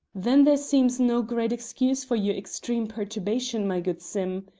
then there seems no great excuse for your extreme perturbation, my good sim.